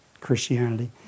Christianity